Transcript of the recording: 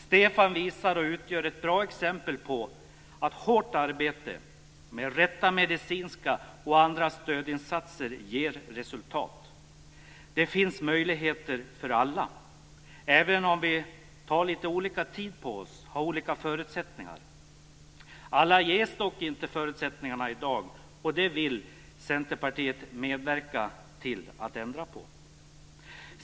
Stefan utgör ett bra exempel på att hårt arbete, med rätta medicinska och andra stödinsatser, ger resultat. Det finns möjligheter för alla, även om man tar lite olika tid på sig och har olika förutsättningar. Alla ges i dag dock inte tillräckliga möjligheter, och det vill Centerpartiet medverka till att ändra på.